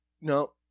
no